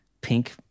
pink